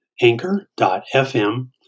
anchor.fm